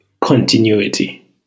continuity